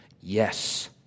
Yes